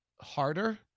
harder